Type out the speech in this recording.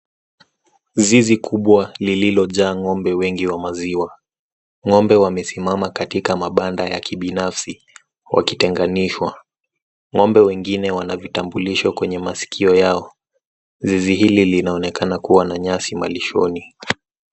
Zizi kubwa lililojaa ng'ombe wengi wa maziwa .Ng'ombe wamesimama katika mabanda ya kibinafsi wakitenganishwa.Ng'ombe wengine wana vitambulisho kwenye masikio yao. Zizi hili linaonekana kuwa na nyasi malishoni.